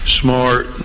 Smart